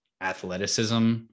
athleticism